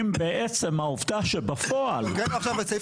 עם בעצם העובדה שבפועל --- הקראנו עכשיו את סעיף